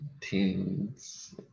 teens